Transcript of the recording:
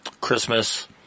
Christmas